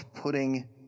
putting